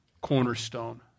cornerstone